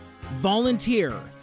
volunteer